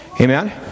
Amen